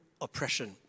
oppression